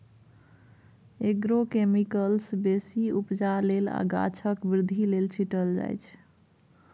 agrochemicals बेसी उपजा लेल आ गाछक बृद्धि लेल छीटल जाइ छै